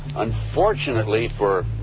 unfortunately for